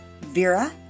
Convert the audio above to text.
Vera